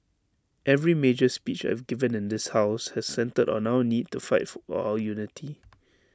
every major speech I've given in this house has centred on our need to fight for our unity